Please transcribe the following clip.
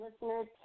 listeners